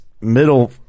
middle